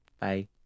Bye